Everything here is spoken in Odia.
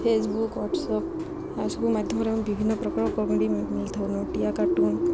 ଫେସବୁକ୍ ୱାଟସ୍ଆପ୍ ଏସବୁ ମାଧ୍ୟମରେ ଆମେ ବିଭିନ୍ନ ପ୍ରକାର କମେଡ଼ି ମିଳିଥାଉ ନଟିଆ କାର୍ଟୁନ୍